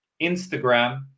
Instagram